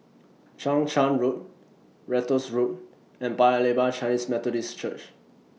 Chang Charn Road Ratus Road and Paya Lebar Chinese Methodist Church